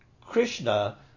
Krishna